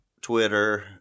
Twitter